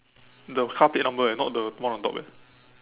the car plate number eh not the one on top eh